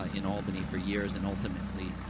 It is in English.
ah in albany for years and ultimately,